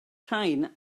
rhain